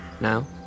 Now